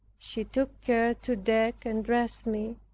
she took care to deck and dress me,